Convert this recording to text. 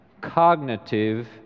cognitive